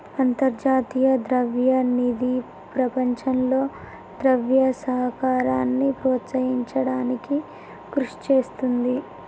అంతర్జాతీయ ద్రవ్య నిధి ప్రపంచంలో ద్రవ్య సహకారాన్ని ప్రోత్సహించడానికి కృషి చేస్తుంది